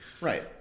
Right